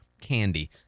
candy